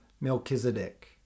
Melchizedek